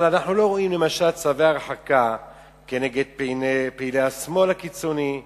אבל אנחנו לא רואים למשל צווי הרחקה נגד פעילי השמאל הקיצוני,